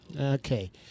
Okay